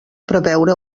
preveure